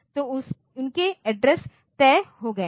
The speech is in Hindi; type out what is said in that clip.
तो उनके एड्रेस तय हो गए हैं